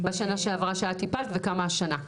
בשנה שעברה שאת טיפלת, וכמה השנה.